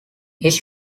his